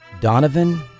Donovan